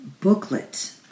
booklet